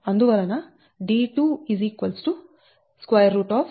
అందువలన d2 √22 1